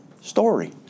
story